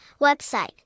Website